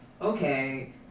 okay